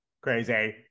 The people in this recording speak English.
crazy